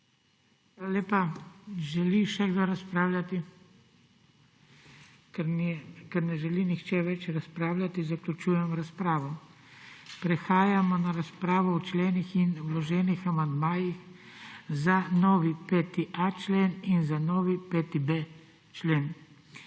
lepa. Želi še kdo razpravljati? Ker ne želi nihče več razpravljati, zaključujem razpravo. Prehajamo na razpravo o členih in vloženih amandmajih za novi 5.a člen in za novi 5.b člen.